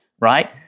right